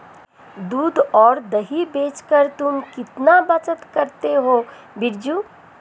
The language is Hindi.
दूध और दही बेचकर तुम कितना बचत करते हो बिरजू?